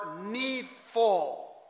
needful